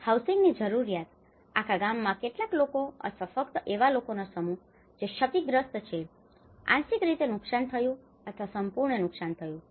હાઉસિંગની જરૂરિયાત આખા ગામમાં કેટલા લોકો અથવા ફક્ત એવા લોકોનો સમૂહ જે ક્ષતિગ્રસ્ત છે આંશિક રીતે નુકસાન થયું અથવા સંપૂર્ણ નુકસાન થયું